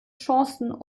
chancen